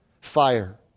fire